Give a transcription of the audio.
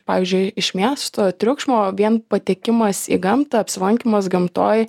pavyzdžiui iš miesto triukšmo vien patekimas į gamtą apsilankymas gamtoj